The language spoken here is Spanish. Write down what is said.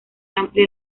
amplia